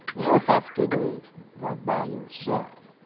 you have to do it by yourself.